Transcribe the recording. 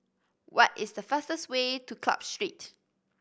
what is the fastest way to Club Street